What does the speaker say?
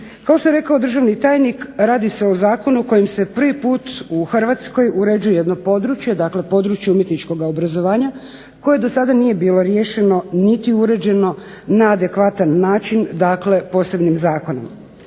Kao što je rekao državni tajnik radi se o zakonu kojim se prvi put u Hrvatskoj uređuje jedno područje dakle područje umjetničkoga obrazovanja koje do sada nije bilo riješeno niti uređeno na adekvatan način, dakle posebnim zakonom.